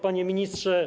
Panie Ministrze!